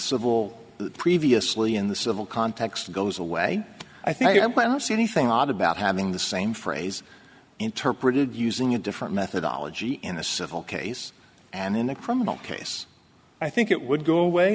civil previously in the civil context goes away i think you see anything odd about having the same phrase interpreted using a different methodology in a civil case and in a criminal case i think it would go away